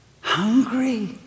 Hungry